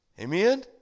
Amen